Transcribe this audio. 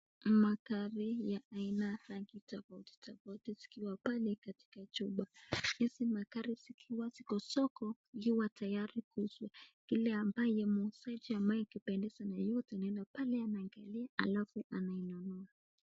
Magari ya aina tofauti tofauti zikiwa pale katika jumba. Hizi magari zikiwa ziko soko, ikiwa tayari kuuzwa. Yule ambaye muuzaji ambaye ikipendeza na yeye ataenda pale, ataangalia alafu atanunua.